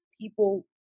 people